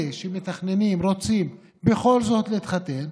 אלה שמתכננים ורוצים בכל זאת להתחתן,